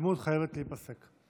האלימות חייבת להיפסק.